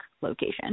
location